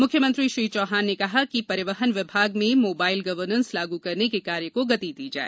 मुख्यमंत्री श्री चौहान ने कहा कि परिवहन विभाग में मोबाइल गवर्नेस लागू करने के कार्य को गति दी जाए